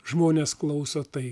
žmonės klauso tai